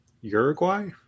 Uruguay